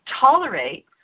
tolerate